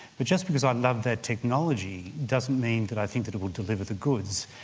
but just because i love that technology doesn't mean that i think that it will deliver the goods.